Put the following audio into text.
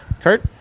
Kurt